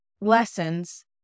lessons